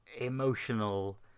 emotional